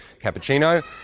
cappuccino